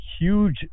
huge